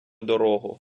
дорогу